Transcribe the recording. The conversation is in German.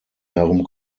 darum